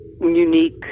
unique